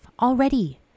already